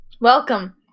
Welcome